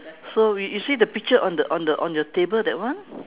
so you you see the picture on the on the on your table that one